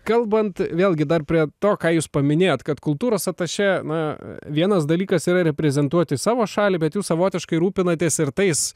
kalbant vėlgi dar prie to ką jūs paminėjot kad kultūros atašė na vienas dalykas yra reprezentuoti savo šalį bet jūs savotiškai rūpinatės ir tais